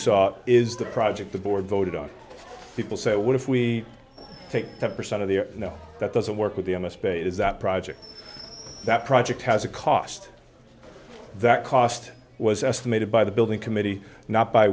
saw is the project the board voted on people say what if we take ten percent of the no that doesn't work with the m a spade is that project that project has a cost that cost was estimated by the building committee not b